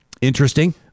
interesting